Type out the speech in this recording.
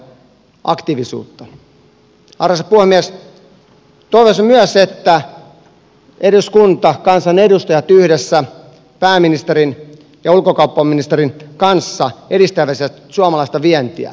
toivoisin myös että eduskunta kansanedustajat yhdessä pääministerin ja ulkomaankauppaministerin kanssa edistäisivät suomalaista vientiä